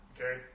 Okay